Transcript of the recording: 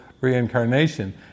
Reincarnation